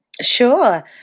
sure